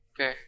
Okay